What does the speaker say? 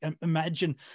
Imagine